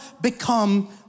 become